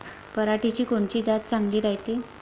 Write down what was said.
पऱ्हाटीची कोनची जात चांगली रायते?